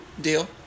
Deal